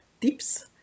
tips